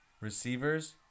Receivers